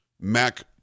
Mac